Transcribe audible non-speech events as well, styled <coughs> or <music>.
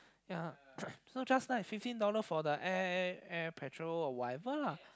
ya <coughs> so just nice fifty dollars for the air air petrol or whatever lah